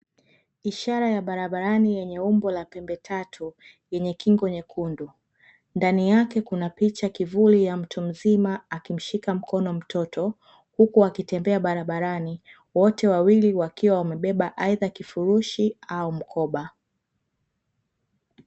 Ishara ya barabarani yenye umbo la pembe tatu yenye kingo nyekundu, ndani yake kuna picha kivuli ya mtu mzima akimshika mkono mtoto huku wakitembea barabarani, wote wawili wakiwa wamebeba aidha kifurushi au mkoba.